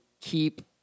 keep